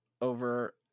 over